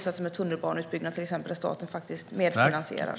Staten medfinansierar till exempel tunnelbaneutbyggnad.